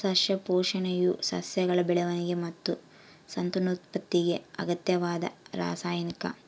ಸಸ್ಯ ಪೋಷಣೆಯು ಸಸ್ಯಗಳ ಬೆಳವಣಿಗೆ ಮತ್ತು ಸಂತಾನೋತ್ಪತ್ತಿಗೆ ಅಗತ್ಯವಾದ ರಾಸಾಯನಿಕ